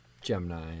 Gemini